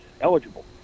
eligible